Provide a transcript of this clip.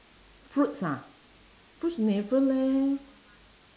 fruits ah fruits never leh